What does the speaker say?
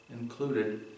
included